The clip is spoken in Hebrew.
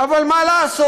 אבל מה לעשות,